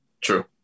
True